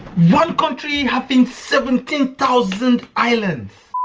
one country having seventeen thousand islands